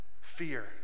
Fear